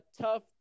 tough